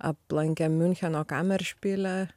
aplankė miuncheno kameršpilę